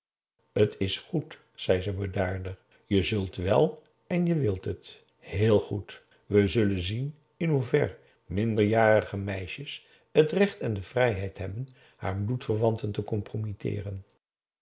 het is goed zei ze bedaarder je zult wèl en je wilt het heel goed we zullen zien in hoever minderjarige meisjes het recht en de vrijheid hebben haar bloedverwanten te